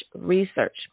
research